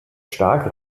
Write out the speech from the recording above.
stark